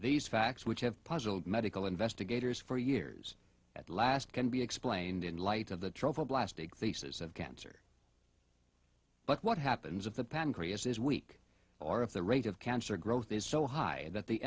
these facts which have puzzled medical investigators for years at last can be explained in light of the trophy blasted thesis of cancer but what happens if the pancreas is weak or if the rate of cancer growth is so high that the